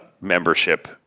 membership